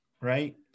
Right